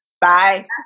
Bye